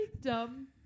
dumb